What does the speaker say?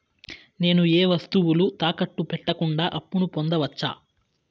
నేను ఏ వస్తువులు తాకట్టు పెట్టకుండా అప్పును పొందవచ్చా?